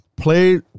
Play